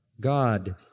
God